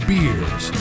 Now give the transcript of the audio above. Beers